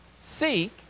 seek